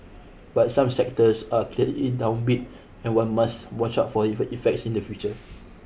but some sectors are clearly downbeat and one must watch out for effects in the future